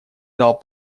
дал